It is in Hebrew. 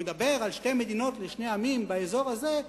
שמדברות על שתי מדינות לשני עמים באזור הזה,